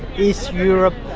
east europe.